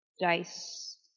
dice